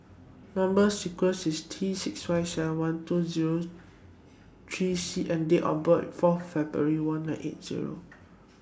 Number sequence IS T six five seven two Zero three C and Date of birth IS four February one nine eight Zero